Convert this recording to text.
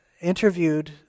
interviewed